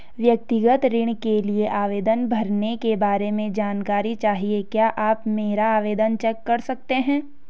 व्यक्तिगत ऋण के लिए आवेदन भरने के बारे में जानकारी चाहिए क्या आप मेरा आवेदन चेक कर सकते हैं?